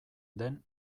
den